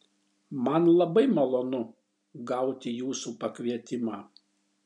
man labai malonu gauti jūsų pakvietimą